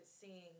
seeing